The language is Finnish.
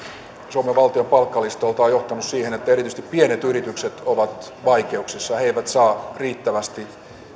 suomen valtion palkkalistoilta on johtanut siihen että erityisesti pienet yritykset ovat vaikeuksissa he eivät saa riittävästi